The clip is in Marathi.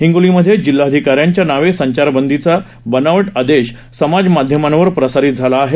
हिंगोलीमध्ये जिल्हाधिकाऱ्यांच्या नावे संचारबंदीबाबतचा बनावट आदेश समजमाध्यमांवर प्रसारित झाला आहे